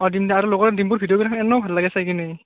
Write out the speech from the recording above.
অঁ দিম দে আৰু লগত ডিম্পুৰ ভিডিঅ' কৰাখিনি এনেও ভাল লাগে চাই কিনি